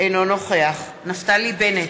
אינו נוכח נפתלי בנט,